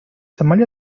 сомали